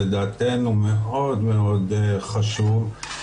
לדעתנו מאוד מאוד חשוב,